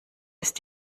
ist